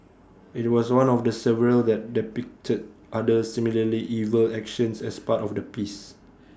IT was one of the several that depicted other similarly evil actions as part of the piece